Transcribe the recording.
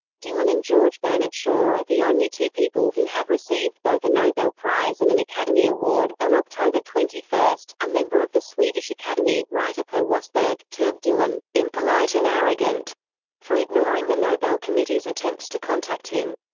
dylan and george bernard shaw are the only two people who have received both a nobel prize and an academy award on october twenty one, a member of the swedish academy, writer per wastberg, termed dylan impolite and arrogant for ignoring the nobel committee's attempts to contact him.